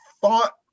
thought